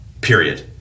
period